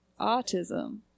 Autism